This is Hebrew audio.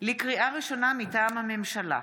לקריאה ראשונה, מטעם הממשלה: